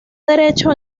derecho